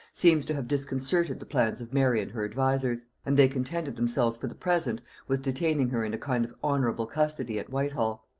seems to have disconcerted the plans of mary and her advisers and they contented themselves for the present with detaining her in a kind of honorable custody at whitehall.